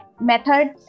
methods